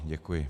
Děkuji.